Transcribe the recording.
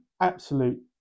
absolute